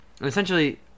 essentially